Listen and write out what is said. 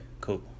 Cool